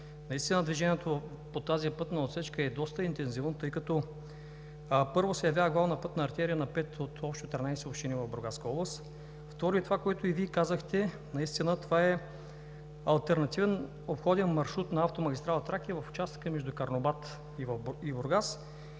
с тях. Движението по тази пътна отсечка е доста интензивно, тъй като, първо, се явява главна пътна артерия на пет от общо 13 общини в Бургаска област. Второ, това, което и Вие казахте, е алтернативен обходен маршрут на автомагистрала „Тракия“ в участъка между град Карнобат и град